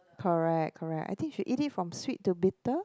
correct correct I think should eat it from sweet to bitter